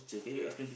ya